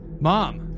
Mom